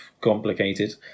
complicated